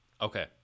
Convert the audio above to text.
Okay